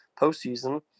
postseason